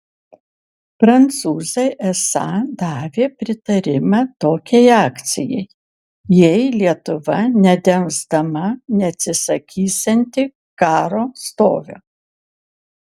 prancūzai esą davė pritarimą tokiai akcijai jei lietuva nedelsdama neatsisakysianti karo stovio